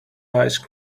ice